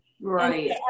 Right